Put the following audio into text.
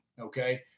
okay